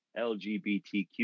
LGBTQ